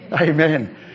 Amen